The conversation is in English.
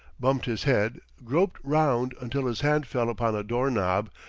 bumped his head, groped round until his hand fell upon a doorknob,